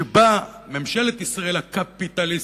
שבה ממשלת ישראל הקפיטליסטית,